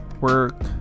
work